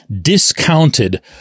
discounted